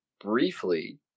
briefly